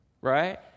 Right